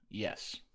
Yes